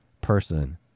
person